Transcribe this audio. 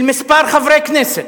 של כמה חברי כנסת,